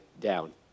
down